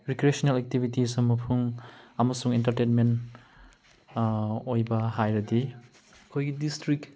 recreational activities ꯑꯃꯁꯨꯡ entertainment ꯑꯣꯏꯕ ꯍꯥꯏꯔꯗꯤ ꯑꯩꯈꯣꯏꯒꯤ ꯗꯤꯁꯇ꯭ꯔꯤꯛ